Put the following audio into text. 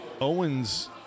Owens